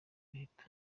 leta